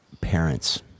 parents